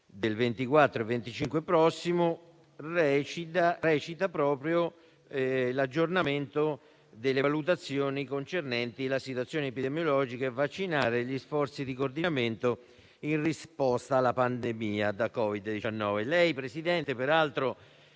del 24 e 25 giugno reca proprio l'aggiornamento delle valutazioni concernenti la situazione epidemiologica e vaccinale e gli sforzi di coordinamento in risposta alla pandemia da Covid-19. Lei, Presidente, secondo